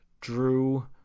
Drew